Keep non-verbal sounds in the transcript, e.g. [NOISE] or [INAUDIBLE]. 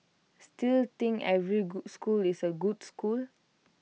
still think every [UNINTELLIGIBLE] school is A good school